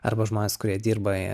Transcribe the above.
arba žmonės kurie dirba